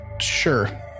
Sure